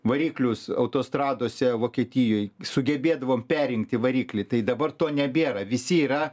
variklius autostradose vokietijoj sugebėdavom perrinkti variklį tai dabar to nebėra visi yra